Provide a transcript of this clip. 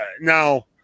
Now